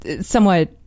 somewhat